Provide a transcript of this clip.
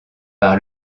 par